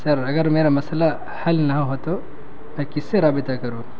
سر اگر میرا مسئلہ حل نہ ہو تو میں کس سے رابطہ کروں